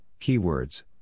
keywords